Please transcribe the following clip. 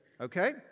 Okay